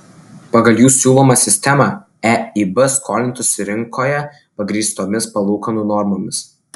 pagal jų siūlomą sistemą eib skolintųsi rinkoje pagrįstomis palūkanų normomis